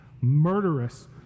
murderous